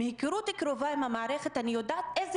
מהיכרות קרובה עם המערכת אני יודעת איזה